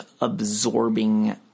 absorbing